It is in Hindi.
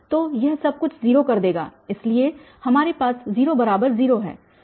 तो यह सब कुछ 0 कर देगा इसलिए हमारे पास 0 बराबर 0 है